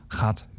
gaat